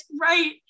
right